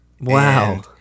Wow